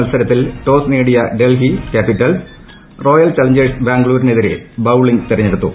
മത്സരത്തിൽ ടോസ് നേടിയ Delhi Capitals Royal Challengers ബാംഗ്ലൂരിനെതിരെ ബൌളിങ് തെരഞ്ഞെടുത്തു